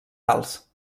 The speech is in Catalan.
alts